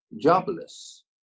jobless